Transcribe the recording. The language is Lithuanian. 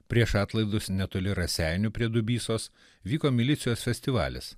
prieš atlaidus netoli raseinių prie dubysos vyko milicijos festivalis